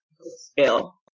scale